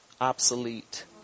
obsolete